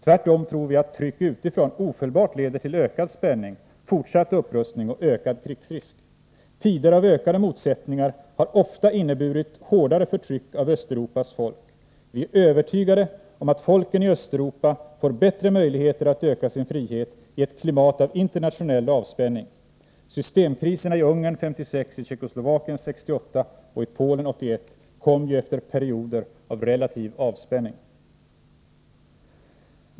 Tvärtom tror vi att tryck utifrån ofelbart leder till ökad spänning, fortsatt upprustning och ökad krigsrisk. Tider av ökade motsättningar har ofta inneburit hårdare förtryck av Östeuropas folk. Vi är övertygade om att folken i Östeuropa får bättre möjligheter att öka sin frihet i ett klimat av internationell avspänning. Systemkriserna i Ungern 1956, i Tjeckoslovakien 1968 och i Polen 1981 kom ju efter perioder av relativ avspänning.